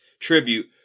tribute